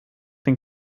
den